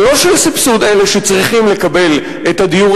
אבל לא של סבסוד אלה שצריכים לקבל את הדיור